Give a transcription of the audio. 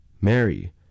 Mary